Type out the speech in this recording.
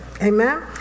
Amen